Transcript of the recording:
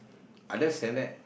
others than that